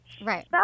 Right